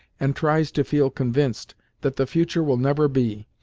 and tries to feel convinced that the future will never be,